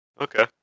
Okay